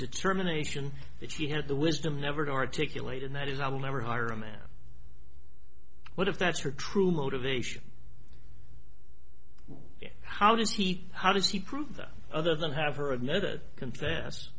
determination that she had the wisdom never to articulate and that is i will never hire a man but if that's her true motivation yes how does he how does he prove that other than have her admitted confess